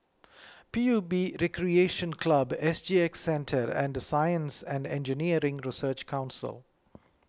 P U B Recreation Club S G X Centre and Science and Engineering Research Council